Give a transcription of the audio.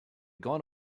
gone